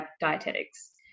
dietetics